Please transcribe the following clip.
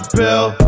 bill